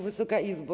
Wysoka Izbo!